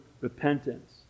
repentance